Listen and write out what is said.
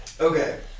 okay